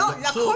לא,